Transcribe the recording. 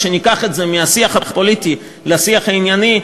כשניקח את זה מהשיח הפוליטי לשיח הענייני,